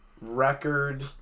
record